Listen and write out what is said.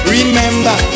Remember